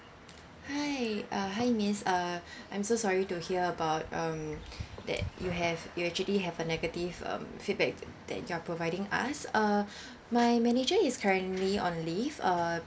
hi uh hi miss uh I'm so sorry to hear about um that you have you actually have a negative um feedback that you are providing us uh my manager is currently on leave uh